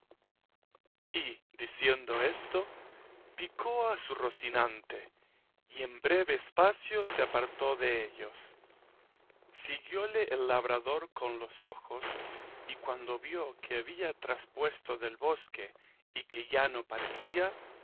diciendo esto picó a su rocinante y en breve espacio se apartó dellos siguióle el labrador con los ojos y cuando vio que había traspuesto del bosque y que ya no parecía